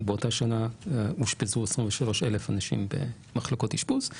באותה שנה אושפזו 23,000 אנשים במחלקות אשפוז,